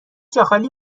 جاخالی